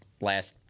last